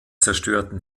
zerstörten